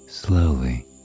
Slowly